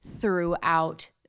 throughout